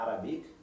Arabic